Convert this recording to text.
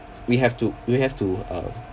we have to we have to uh